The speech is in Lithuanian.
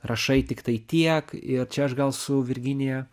rašai tiktai tiek ir čia aš gal su virginija